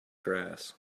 grass